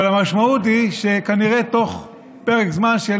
אבל המשמעות היא שכנראה בתוך פרק זמן של